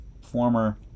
Former